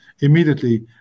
immediately